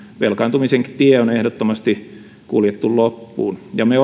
velkaantumisen tie on ehdottomasti kuljettu loppuun me